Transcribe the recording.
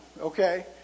okay